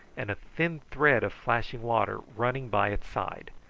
and a thin thread of flashing water running by its side.